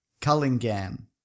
Cullingham